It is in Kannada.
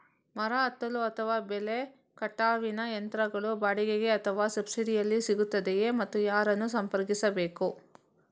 ಮರ ಹತ್ತಲು ಅಥವಾ ಬೆಲೆ ಕಟಾವಿನ ಯಂತ್ರಗಳು ಬಾಡಿಗೆಗೆ ಅಥವಾ ಸಬ್ಸಿಡಿಯಲ್ಲಿ ಸಿಗುತ್ತದೆಯೇ ಮತ್ತು ಯಾರನ್ನು ಸಂಪರ್ಕಿಸಬೇಕು?